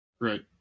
right